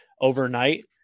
overnight